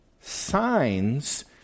signs